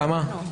כמה?